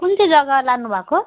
कुन चाहिँ जग्गा लानुभएको